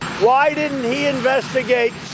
why didn't he investigate